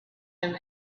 him